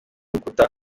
rukuta